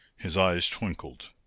his eyes twinkled.